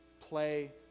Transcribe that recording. play